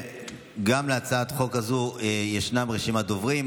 גם להצעת החוק הזו ישנה רשימת דוברים,